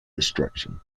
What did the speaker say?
destruction